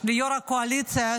ליו"ר הקואליציה.